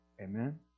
Amen